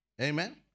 amen